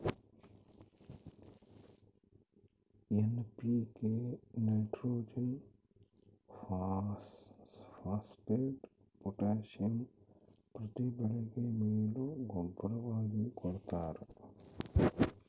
NPK nitrogen phosphate potassium ಪ್ರತಿ ಬೆಳೆಗೆ ಮೇಲು ಗೂಬ್ಬರವಾಗಿ ಕೊಡ್ತಾರ